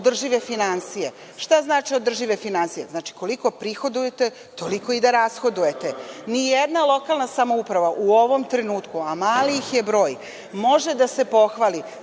održive finansije. Šta znači održive finansije? Znači koliko prihodujete, toliko i da rashodujete. Ni jedna lokalna samouprava u ovom trenutku, a mali ih je broj ne može da se pohvali